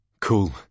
Cool